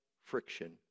Friction